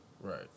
Right